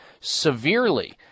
severely